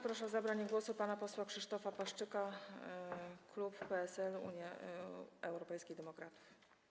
Proszę o zabranie głosu pana posła Krzysztofa Paszyka, klub PSL - Unia Europejskich Demokratów.